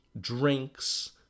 drinks